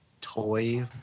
toy